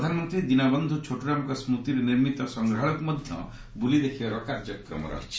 ପ୍ରଧାନମନ୍ତ୍ରୀ ଦୀନବନ୍ଧୁ ଛୋଟୁରାମଙ୍କ ସ୍କୃତିରେ ନିର୍ମିତ ସଂଗ୍ରହାଳୟକୁ ମଧ୍ୟ ବୁଲି ଦେଖିବାର କାର୍ଯ୍ୟକ୍ରମ ରହିଛି